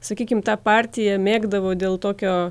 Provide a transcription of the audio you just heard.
sakykim tą partiją mėgdavo dėl tokio